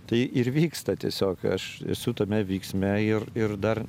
tai ir vyksta tiesiog aš esu tame vyksme ir ir dar